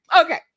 okay